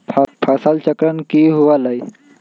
फसल चक्रण की हुआ लाई?